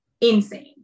insane